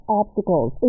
obstacles